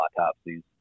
autopsies